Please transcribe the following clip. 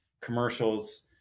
commercials